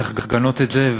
צריך לגנות את זה,